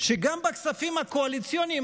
שגם בכספים הקואליציוניים,